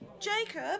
Jacob